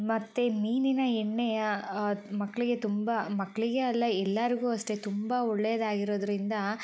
ಮತ್ತು ಮೀನಿನ ಎಣ್ಣೆಯ ಮಕ್ಕಳಿಗೆ ತುಂಬ ಮಕ್ಕಳಿಗೆ ಅಲ್ಲ ಎಲ್ಲರ್ಗೂ ಅಷ್ಟೆ ತುಂಬ ಒಳ್ಳೇದಾಗಿರೋದ್ರಿಂದ